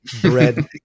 bread